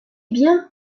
bien